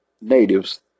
Natives